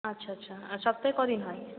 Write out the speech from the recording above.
আচ্ছা আচ্ছা আর সপ্তাহে কদিন হয়